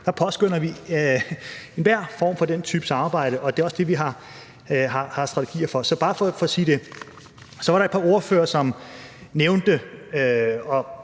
side påskønner vi enhver form for den type samarbejde, og det er også det, vi har strategier for. Så var der et par ordførere, som nævnte, om